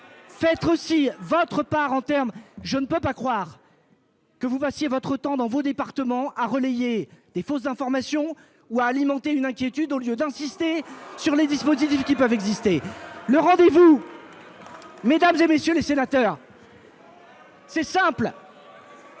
Petr si votre part en terme, je ne peux pas croire. Que vous passiez votre temps dans vos départements à relayer des fausses informations ou à alimenter une inquiétude au lieu d'insister sur les dispositifs qui peuvent exister, le rendez-vous mesdames et messieurs les sénateurs. C'est simple.